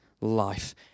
life